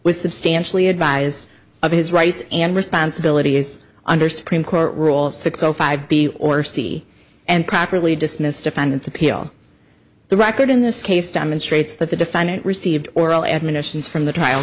was substantially advised of his rights and responsibilities under supreme court rules six o five b or c and properly dismissed defendant's appeal the record in this case demonstrates that the defendant received oral admonitions from the trial